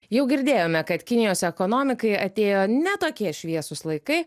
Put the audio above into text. jau girdėjome kad kinijos ekonomikai atėjo ne tokie šviesūs laikai